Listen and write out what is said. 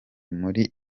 muri